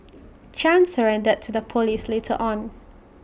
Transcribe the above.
chan surrendered to the Police later on